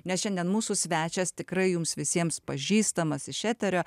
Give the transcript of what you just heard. nes šiandien mūsų svečias tikrai jums visiems pažįstamas iš eterio